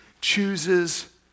chooses